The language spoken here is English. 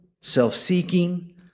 self-seeking